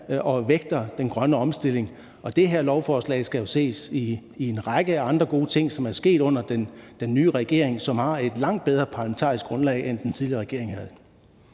og vægter den grønne omstilling. Og det her lovforslag skal jo ses som en del af en række andre gode ting, som er sket under den nye regering, som har et langt bedre parlamentarisk grundlag, end den tidligere regering havde.